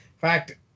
fact